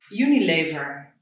Unilever